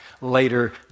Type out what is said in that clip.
later